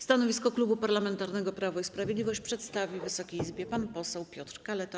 Stanowisko Klubu Parlamentarnego Prawo i Sprawiedliwość przedstawi Wysokiej Izbie pan poseł Piotr Kaleta.